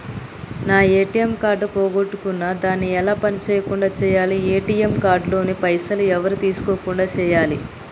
నా ATM card పోగొట్టుకున్నా దాన్ని ఎలా పని చేయకుండా చేయాలి ఏ.టి.ఎమ్ కార్డు లోని పైసలు ఎవరు తీసుకోకుండా చేయాలి?